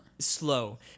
slow